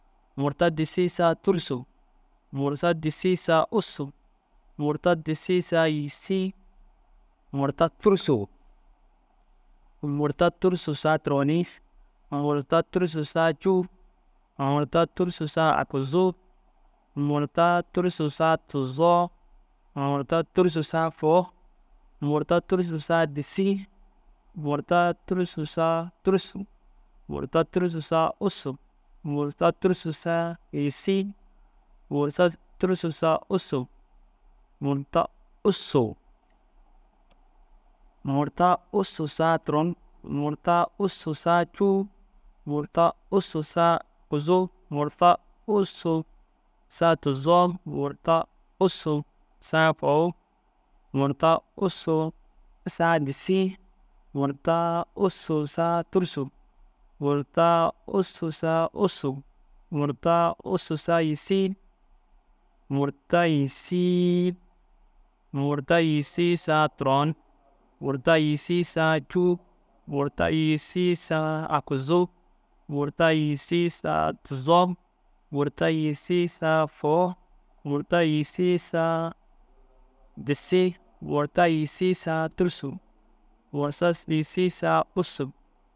Murta disii saa tûrusu, murta disii saa ûssu, murta disii saa yîisi, murta tûrusu. Murta tûrusu saa turoni, murta tûrusu saa cûu, murta tûrusu saa aguzuu, murta tûrusu saa tuzoo, murta tûrusu saa fôu, murta tûrusu saa disii, murta tûrusu saa tûrusu, murta tûrusu saa ûssu, murta tûrusu saa yîsii, murta ûssu. Murta ûssu saa turoni, murta ûssu saa cûu, murta ûssu saa aguzuu, murta ûssu saa fôu, murta ûssu saa disii, murta ûssu saa tûrusu, murta ûssu saa ûssu, murta ûssu saa yîsii, murta yîssii. Murta, yîssi, saa, turoni, murta, yîssi, saa, cûu, murta, yîsii, saa, aguzuu, murta yisii saa tuzoo, murta yisii saa fôu, murta yîsii saa disii, murta yîsii saa tûrusu, murta yîsii saa ûssu.